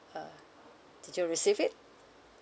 uh did you receive it